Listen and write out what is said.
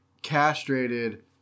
Castrated